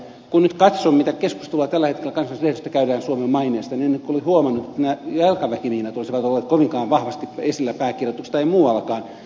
kun nyt katson mitä keskustelua tällä hetkellä kansainvälisessä lehdistössä käydään suomen maineesta niin en ole kyllä huomannut että nämä jalkaväkimiinat olisivat olleet kovinkaan vahvasti esillä pääkirjoituksissa tai muuallakaan